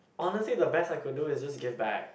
honestly the best I could do is just give back